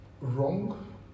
wrong